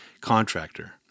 contractor